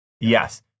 Yes